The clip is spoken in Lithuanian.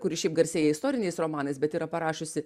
kuri šiaip garsėja istoriniais romanais bet yra parašiusi